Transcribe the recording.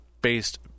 based